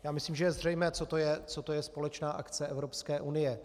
Já myslím, že je zřejmé, co to je společná akce Evropské unie.